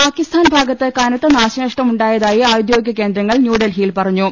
പാകിസ്ഥാൻ ഭാഗത്ത് കനത്ത നാശനഷ്ടം ഉണ്ടായതായി ഔദ്യോഗിക കേന്ദ്രങ്ങൾ ന്യൂഡൽഹിയിൽ പറഞ്ഞു